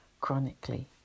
chronically